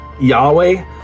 Yahweh